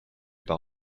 par